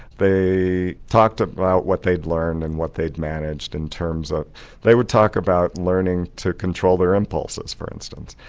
they talked about what they'd learned and what they'd managed in terms of they would talk about learning to control their impulses for instance.